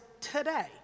today